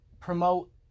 promote